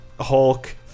Hulk